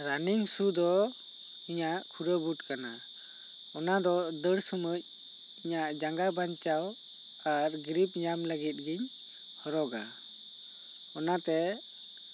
ᱨᱟᱱᱤᱧ ᱥᱩ ᱫᱚ ᱤᱧᱟ ᱜ ᱠᱷᱩᱨᱟ ᱵᱩᱴ ᱠᱟᱱᱟ ᱚᱱᱟ ᱫᱚ ᱫᱟ ᱲ ᱥᱚᱢᱚᱭ ᱤᱧᱟ ᱜ ᱡᱟᱸᱜᱟ ᱵᱟᱧᱪᱟᱣ ᱟᱨ ᱜᱨᱤᱯ ᱧᱟᱢ ᱞᱟᱹᱜᱤᱫ ᱜᱮᱧ ᱦᱚᱨᱚᱜᱟ ᱚᱱᱟᱛᱮ